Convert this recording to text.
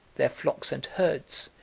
their flocks and herds,